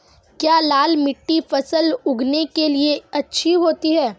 क्या लाल मिट्टी फसल उगाने के लिए अच्छी होती है?